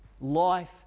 life